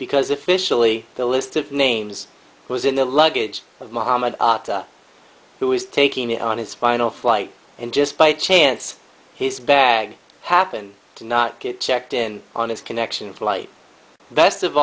because officially the list of names was in the luggage of mohamed atta who was taking me on his final flight and just by chance his bag happened to not get checked in on his connection flight best of